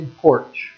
porch 。